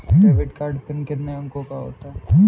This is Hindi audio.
डेबिट कार्ड पिन कितने अंकों का होता है?